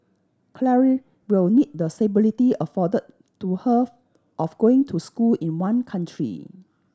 Claire will need the stability afforded to her of going to school in one country